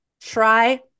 Try